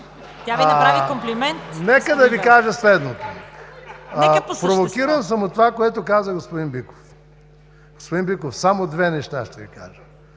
Тя Ви направи комплимент. СЛАВЧО ВЕЛКОВ: Нека да Ви кажа следното. Провокиран съм от това, което каза господин Биков. Господин Биков, само две неща ще Ви кажа